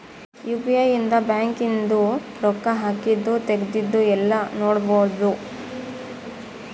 UPI ಇಂದ bank ಇಂದು ರೊಕ್ಕ ಹಾಕಿದ್ದು ತೆಗ್ದಿದ್ದು ಯೆಲ್ಲ ನೋಡ್ಬೊಡು